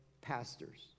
pastors